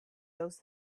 those